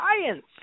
science